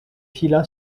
fila